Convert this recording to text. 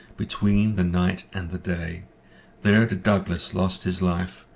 between the night and the day there the douglas lost his life,